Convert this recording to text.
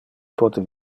pote